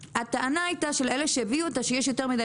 הטענה של מי שהביא אותה הייתה שיש יותר מדי